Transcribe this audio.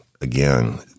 again